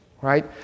right